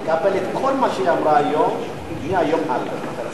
תקבל את כל מה שהיא אמרה היום מהיום והלאה.